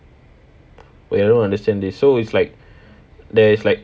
wait I don't understand this so it's like there is like